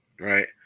Right